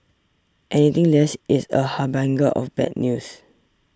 anything less is a harbinger of bad news